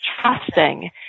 trusting